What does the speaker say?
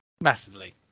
Massively